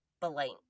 Blank